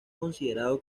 considerado